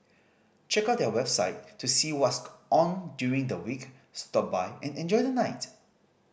check out their website to see on during the week stop by and enjoy the night